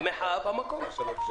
במקום.